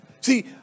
See